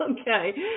Okay